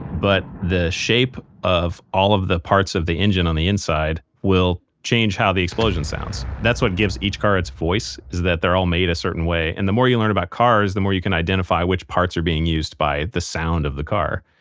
but, the shape of all of the parts of the engine on the inside will change how the explosion sounds. that's what gives each car its voice is that they're all made a certain way and the more you learn about cars, the more you can identify which parts are being used by the sound of the car.